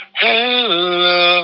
hello